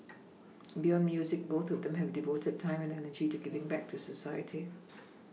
beyond music both of them have devoted time and energy to giving back to society